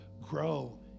grow